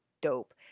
dope